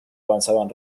avanzaban